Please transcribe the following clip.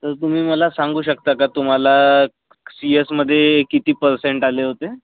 तर तुम्ही मला सांगू शकता का तुम्हाला क् सी एसमध्ये किती पर्सेंट आले होते